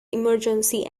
emergency